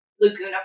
Laguna